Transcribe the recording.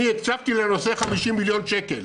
אני הקצבתי לנושא 50 מיליון שקל?